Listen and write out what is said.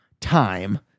time